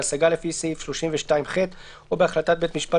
בהשגה לפי סעיף 32ח או בהחלטת בית משפט